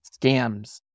scams